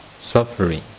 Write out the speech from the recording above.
suffering